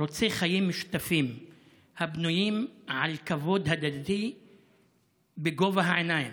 רוצה חיים משותפים הבנויים על כבוד הדדי בגובה העיניים.